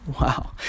Wow